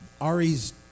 Ari's